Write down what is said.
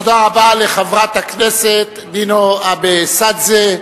תודה רבה לחברת הכנסת נינו אבסדזה,